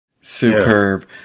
Superb